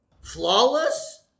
Flawless